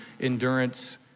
endurance